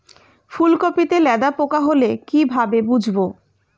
ফুলকপিতে লেদা পোকা হলে কি ভাবে বুঝবো?